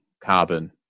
carbon